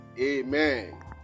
Amen